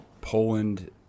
Poland